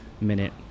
minute